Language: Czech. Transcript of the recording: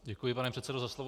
Děkuji, pane předsedo, za slovo.